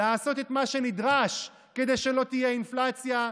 לעשות את מה שנדרש כדי שלא תהיה אינפלציה,